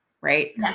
right